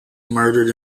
murdered